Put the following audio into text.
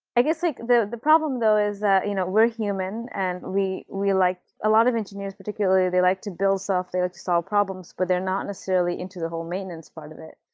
i guess like the the problem though is that you know we're human and we a like ah lot of engineers, particularly, they like to build stuff. they like to solve problems, but they're not necessarily into the whole maintenance part of it,